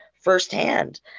Firsthand